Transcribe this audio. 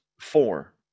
four